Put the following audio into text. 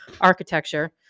architecture